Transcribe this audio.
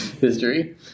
history